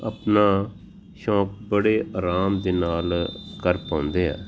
ਆਪਣਾ ਸ਼ੌਂਕ ਬੜੇ ਆਰਾਮ ਦੇ ਨਾਲ ਕਰ ਪਾਉਂਦੇ ਆ